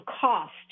cost